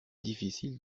difficile